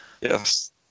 Yes